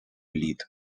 лід